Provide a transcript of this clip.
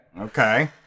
Okay